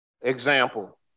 example